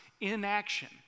inaction